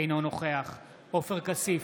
אינו נוכח עופר כסיף,